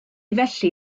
felly